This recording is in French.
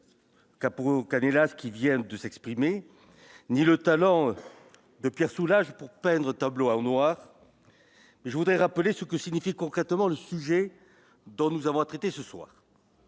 Capo Canellas ceux qui viennent de s'exprimer ni le talent de Pierre Soulages pour peindre tableau à noir mais je voudrais rappeler ce que signifie concrètement le sujet dont nous avons à traiter ce soir